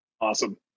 Awesome